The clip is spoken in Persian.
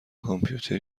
کامپیوتر